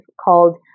called